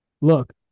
Look